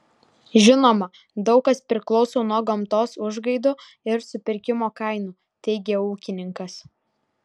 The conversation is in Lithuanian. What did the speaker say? žinoma daug kas priklauso nuo gamtos užgaidų ir supirkimo kainų teigė ūkininkas